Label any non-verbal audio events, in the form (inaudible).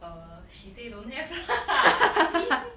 err she say don't have lah (laughs) I mean